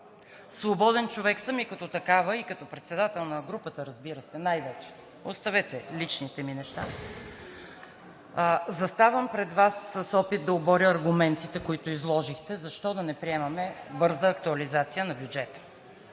Свободен човек съм и като такава, и най-вече като председател на групата, разбира се, оставете личните ми неща, заставам пред Вас с опит да оборя аргументите, които изложихте, защо да не приемаме бърза актуализация на бюджета.